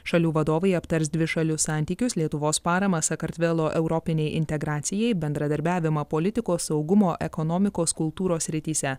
šalių vadovai aptars dvišalius santykius lietuvos paramą sakartvelo europinei integracijai bendradarbiavimą politikos saugumo ekonomikos kultūros srityse